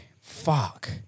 Fuck